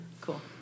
Cool